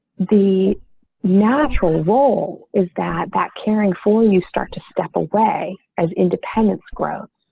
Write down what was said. the natural role is that that caring for you start to step away as independence grow.